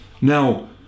Now